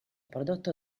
prodotto